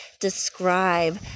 describe